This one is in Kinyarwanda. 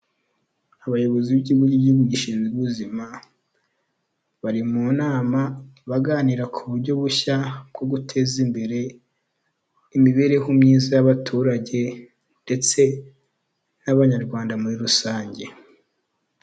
Abayobozi b'ikigo cy'igihugu gishinzwe ubuzima bari mu nama, baganira ku buryo bushya bwo guteza imbere imibereho myiza y'abaturage, ndetse n'abanyarwanda muri rusange.